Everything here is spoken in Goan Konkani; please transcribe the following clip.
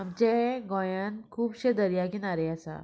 आमचे गोंयान खुबशे दर्या किनारे आसा